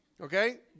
Okay